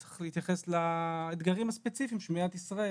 צריך להתייחס לאתגרים הספציפיים של מדינת ישראל.